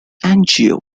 anjou